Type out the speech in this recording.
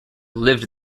lived